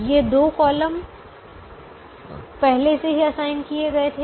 ये दो कॉलम पहले से ही असाइन किए गए थे